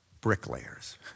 bricklayers